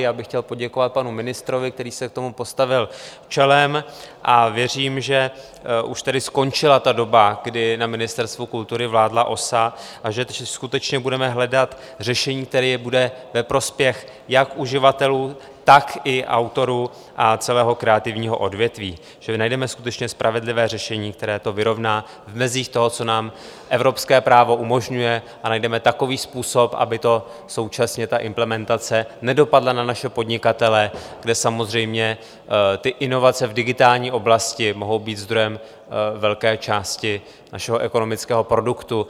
Já bych chtěl poděkovat panu ministrovi, který se k tomu postavil čelem, a věřím, že už tedy skončila doba, kdy na Ministerstvu kultury vládla OSA, a že skutečně budeme hledat řešení, které bude ve prospěch jak uživatelů, tak i autorů a celého kreativního odvětví, že najdeme skutečně spravedlivé řešení, které to vyrovná v mezích toho, co nám evropské právo umožňuje, a najdeme takový způsob, aby současně ta implementace nedopadla na naše podnikatele, kde samozřejmě inovace v digitální oblasti mohou být zdrojem velké části našeho ekonomického produktu.